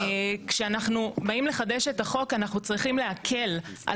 כשאנחנו באים לחדש את החוק אנחנו צריכים להקל על